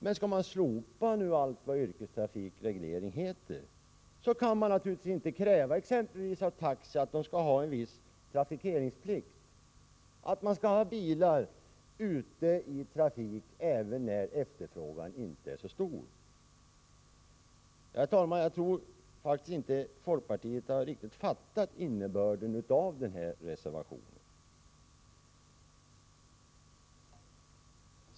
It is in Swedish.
Men skall man slopa allt vad yrkestrafikreglering heter, kan man naturligtvis inte kräva att exempelvis taxi skall ha en viss trafikeringsplikt, att man skall ha bilar i trafik även när efterfrågan inte är så stor. Herr talman! Jag tror faktiskt inte att folkpartiet riktigt har fattat innebörden av den här reservationen.